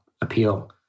appeal